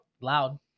Loud